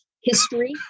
history